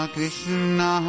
Krishna